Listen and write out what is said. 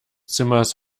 zimmers